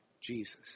Jesus